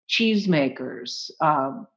cheesemakers